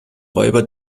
räuber